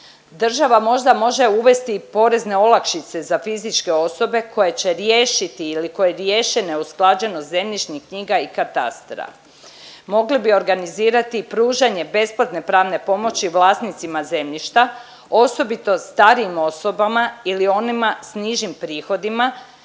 Država možda može uvesti i porezne olakšice za fizičke osobe koje će riješiti ili koje riješe neusklađenost zemljišnih knjiga i katastra. Mogli bi organizirati i pružanje besplatne pravne pomoći vlasnicima zemljištima, osobito starijim osobama ili onima s nižim prihodima